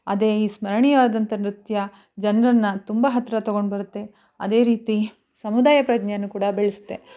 ಅದೇ ಈ ಸ್ಮರಣೀಯವಾದಂಥ ನೃತ್ಯ ಜನರನ್ನ ತುಂಬ ಹತ್ತಿರ ತೊಗೊಂಡ್ಬರುತ್ತೆ ಅದೇ ರೀತಿ ಸಮುದಾಯ ಪ್ರಜ್ಞೆಯನ್ನು ಕೂಡ ಬೆಳ್ಸುತ್ತೆ